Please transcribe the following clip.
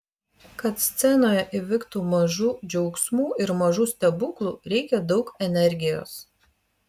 kad scenoje įvyktų mažų džiaugsmų ir mažų stebuklų reikia daug energijos